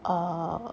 err